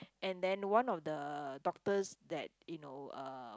and then one of the doctors that you know uh